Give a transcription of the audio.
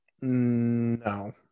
No